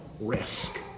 risk